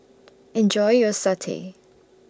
Enjoy your Satay